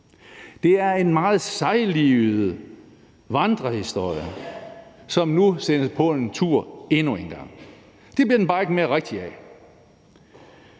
Det er en meget sejlivet vandrehistorie, som nu sendes på en tur endnu en gang. Det bliver den bare ikke mere rigtig af.